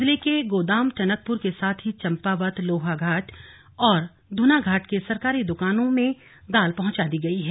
जिले के मुख्य गोदाम टनकपुर के साथ ही चम्पावत लोहाघाट और धुनाघाट के सरकारी दुकानों में दाल पहुंचा दी गई है